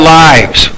lives